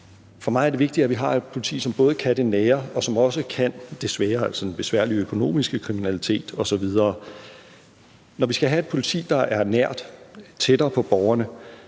For mig er det vigtigt, at vi har et politi, som både kan det nære, og som også kan det svære, altså den besværlige økonomiske kriminalitet osv. Når vi skal have et politi, der er nært, tættere på borgerne,